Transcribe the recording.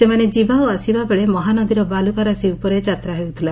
ସେମାନେ ଯିବା ଓ ଆସିବା ବେଳେ ମହାନଦୀର ବାଲ୍ରକାରାଶି ଉପରେ ଯାତ୍ରା ହେଉଥିଲା